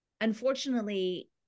Unfortunately